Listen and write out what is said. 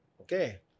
Okay